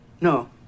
no